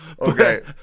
okay